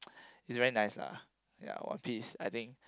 his very nice lah ya one piece I think